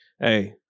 Hey